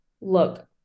look